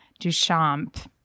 Duchamp